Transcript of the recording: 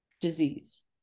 disease